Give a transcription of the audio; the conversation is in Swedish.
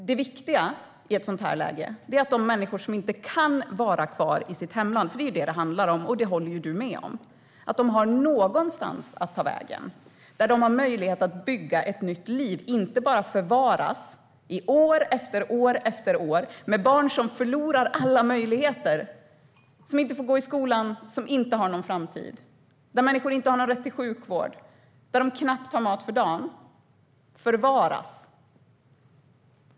Det viktiga i ett sådant här läge är att de människor som inte kan vara kvar i sitt hemland - för det är detta det handlar om, och det håller du ju med om - har någonstans att ta vägen där de har möjlighet att bygga ett nytt liv. Det handlar inte om att bara förvaras i år efter år och att ens barn förlorar alla möjligheter. De får inte gå i skolan, och de har inte någon framtid. Människor har inte rätt till sjukvård, och de har knappt mat för dagen. De förvaras.